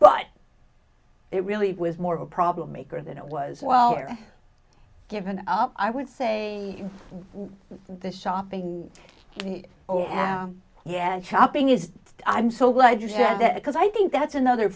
but it really was more of a problem maker than it was well or given up i would say the shopping oh yeah yeah and shopping is i'm so glad you said that because i think that's another